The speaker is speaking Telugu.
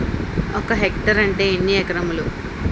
ఒక హెక్టార్ అంటే ఎన్ని ఏకరములు?